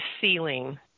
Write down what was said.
ceiling